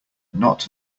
not